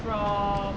from